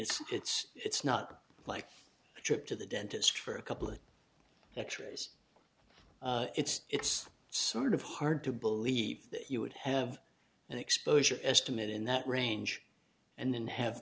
it's it's it's not like a trip to the dentist for a couple of x rays it's it's sort of hard to believe that you would have an exposure estimate in that range and then have